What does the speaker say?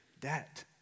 debt